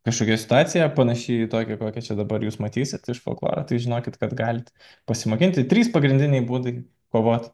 kažkokia situacija panaši į tokią kokią čia dabar jūs matysit iš folkloro tai žinokit kad galit pasimokinti trys pagrindiniai būdai kovot